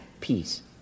peace